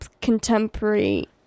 contemporary